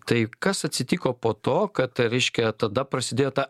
tai kas atsitiko po to kad reiškia tada prasidėjo ta